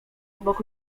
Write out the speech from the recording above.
obok